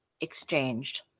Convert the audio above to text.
exchanged